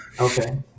Okay